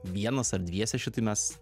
vienas ar dviese šitai mes